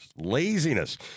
Laziness